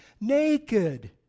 Naked